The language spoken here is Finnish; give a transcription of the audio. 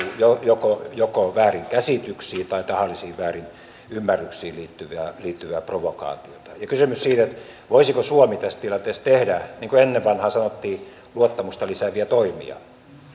joko joko väärinkäsityksiin tai tahallisiin väärinymmärryksiin liittyvää liittyvää provokaatiota kysymys on siitä voisiko suomi tässä tilanteessa tehdä niin kuin ennen vanhaan sanottiin luottamusta lisääviä toimia